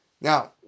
Now